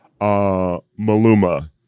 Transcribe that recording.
maluma